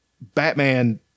Batman